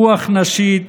רוח נשית,